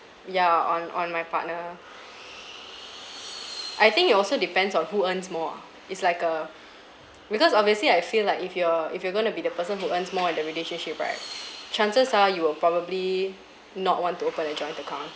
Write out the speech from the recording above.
ya on on my partner I think it also depends on who earns more ah it's like a because obviously I feel like if you're if you're going to be the person who earns more in the relationship right chances are you will probably not want to open a joint account